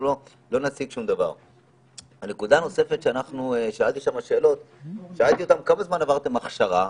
כששאלתי את המוקדנים כמה זמן הם עברו הכשרה,